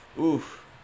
oof